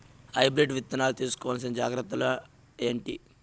Hybrid విత్తనాలు తీసుకోవాల్సిన జాగ్రత్తలు ఏంటి?